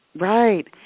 Right